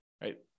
right